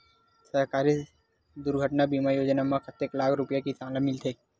सहकारी दुर्घटना बीमा योजना म कतेक लाख रुपिया किसान ल मिलथे?